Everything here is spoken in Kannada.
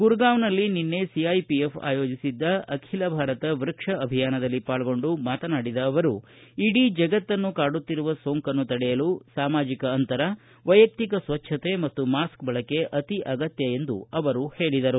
ಗುರಗಾಂವ್ನಲ್ಲಿ ನಿನ್ನೆ ಸಿಐಪಿಎಫ್ ಆಯೋಜಿಸಿದ್ದ ಅಖಿಲ ಭಾರತ ವೃಕ್ಷ ಅಭಿಯಾನದಲ್ಲಿ ಪಾಲ್ಗೊಂಡು ಮಾತನಾಡಿದ ಅವರು ಇಡೀ ಜಗತ್ತನ್ನು ಕಾಡುತ್ತಿರುವ ಸೋಂಕನ್ನು ತಡೆಯಲು ಸಾಮಾಜಿಕ ಅಂತರ ವೈಯಕ್ತಿಕ ಸ್ವಚ್ವತೆ ಮತ್ತು ಮಾಸ್ತ್ ಬಳಕೆ ಅತಿ ಅಗತ್ಯ ಎಂದು ಅವರು ಹೇಳಿದರು